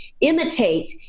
imitate